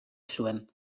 zuen